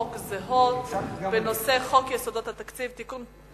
חוק זהות בנושא חוק יסודות התקציב (תיקון,